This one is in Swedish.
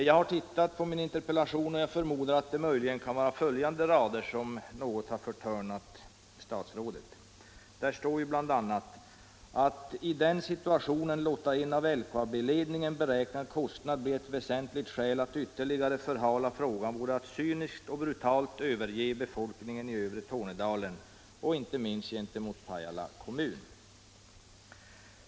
Jag har tittat på min interpellation och förmodar att det möjligen kan vara följande rader som något har förtörnat statsrådet: ”Att i den situationen låta en av LKAB-ledningen uträknad kostnad bli ett väsentligt skäl att ytterligare förhala frågan vore att cyniskt och brutalt överge befolkningen i övre Tornedalen” — och inte minst i Pajala kommun.